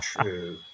true